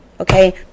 Okay